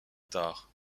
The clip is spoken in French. tard